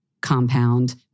compound